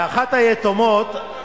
ואחת היתומות,